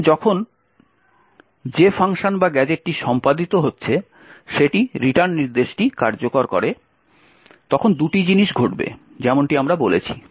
এখন যখন যে ফাংশন বা গ্যাজেটটি সম্পাদিত হচ্ছে সেটি রিটার্ন নির্দেশটি কার্যকর করে তখন দুটি জিনিস ঘটবে যেমনটি আমরা বলেছি